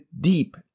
deep